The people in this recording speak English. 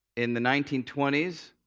in the nineteen twenty s,